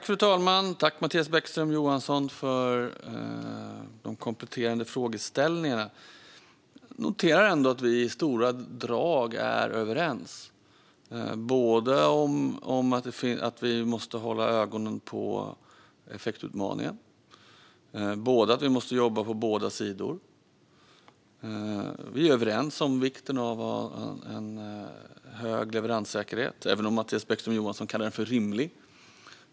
Fru talman! Tack, Mattias Bäckström Johansson, för de kompletterande frågeställningarna! Jag noterar ändå att vi i stora drag är överens, både om att vi måste hålla ögonen på effektutmaningen och att vi måste jobba på båda sidor. Vi är överens om vikten av att ha en hög leveranssäkerhet, även om Mattias Bäckström Johansson kallar den för "rimlig".